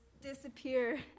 disappear